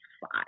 five